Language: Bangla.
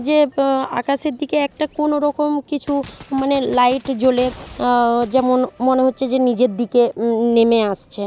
যে আকাশের দিকে একটা কোনো রকম কিছু মানে লাইট জ্বলে যেমন মনে হচ্ছে যে নিচের দিকে নেমে আসছে